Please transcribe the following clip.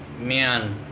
man